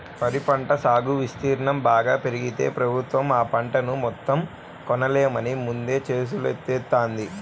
వరి పంట సాగు విస్తీర్ణం బాగా పెరిగితే ప్రభుత్వం ఆ పంటను మొత్తం కొనలేమని ముందే చేతులెత్తేత్తంది